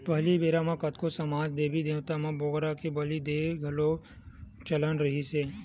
पहिली बेरा म कतको समाज म देबी देवता म बोकरा के बली देय के घलोक चलन रिहिस हे